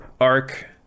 arc